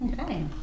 Okay